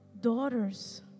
daughters